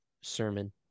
sermon